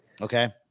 Okay